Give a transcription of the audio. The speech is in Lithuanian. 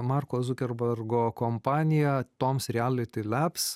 marko zukerbergo kompanija toms riality lebs